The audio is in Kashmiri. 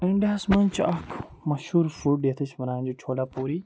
اِنڈیا ہَس منٛز چھُ اَکھ مشہوٗر فوڈ یَتھ أسۍ وَنان چھِ چھولہ پوٗری